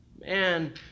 man